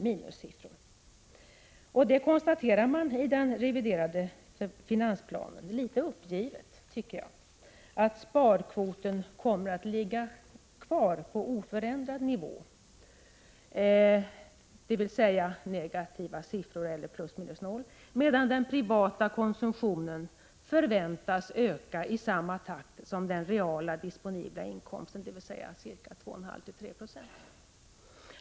Regeringen konstaterar i den reviderade finansplanen — litet uppgivet — att sparkvoten kommer att ligga kvar på oförändrad nivå, dvs. negativa siffror eller plus minus noll, medan den privata konsumtionen förväntas öka i samma takt som den reala disponibla inkomsten, ca 2,5-3 I.